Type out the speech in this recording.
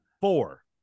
Four